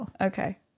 okay